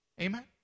Amen